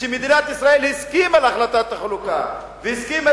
מדינת ישראל הסכימה להחלטת החלוקה והסכימה